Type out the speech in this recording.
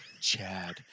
Chad